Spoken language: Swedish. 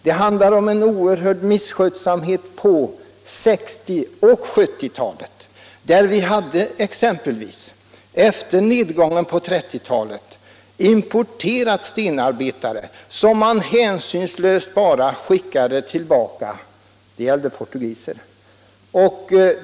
Det handlar här också om en oerhörd misskötsel på 1960 och 1970-talen, då vi efter nedgången på 1930-talet importerade stenarbetare som man hänsynslöst bara skickade tillbaka. Det gällde portugiser.